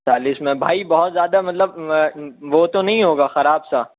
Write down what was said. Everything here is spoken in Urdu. چالس میں بھائی بہت زیادہ مطلب وہ تو نہیں ہوگا خراب سا